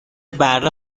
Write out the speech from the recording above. بره